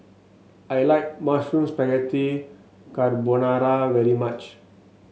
I like Mushroom Spaghetti Carbonara very much